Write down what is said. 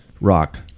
rock